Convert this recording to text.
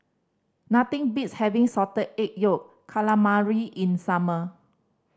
nothing beats having Salted Egg Yolk Calamari in summer